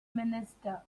minister